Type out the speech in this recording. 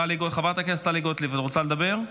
חברת הכנסת טלי גוטליב, את רוצה לדבר?